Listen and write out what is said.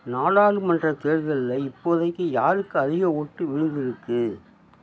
நாடாளுமன்றத் தேர்தலில் இப்போதைக்கு யாருக்கு அதிக ஓட்டு விழுந்துருக்கு